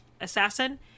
assassin